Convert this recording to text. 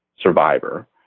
survivor